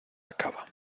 acaba